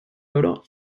oro